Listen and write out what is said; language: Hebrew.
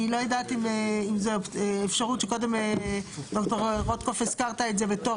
ואני לא יודעת אם זו אפשרות שקודם ד"ר רוטקופף הזכרת את זה בטוב,